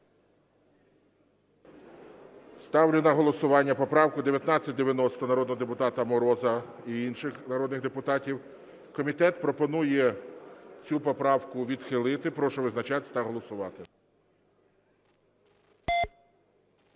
Ставлю на голосування поправку 1990 народного депутата Мороза і інших народних депутатів. Комітет пропонує цю поправку відхилити. Прошу визначатися та голосувати.